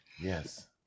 Yes